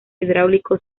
hidráulico